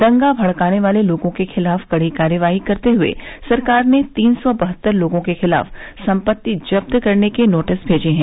दंगा भड़काने वाले लोगों के खिलाफ कड़ी कार्रवाई करते हुए सरकार ने तीन सौ बहत्तर लोगों के खिलाफ सम्पत्ति जब्त करने के नोटिस मेजे हैं